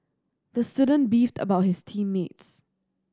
the student beefed about his team mates